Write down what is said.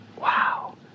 Wow